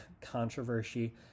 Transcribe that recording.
Controversy